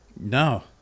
No